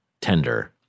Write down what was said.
tender